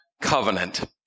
covenant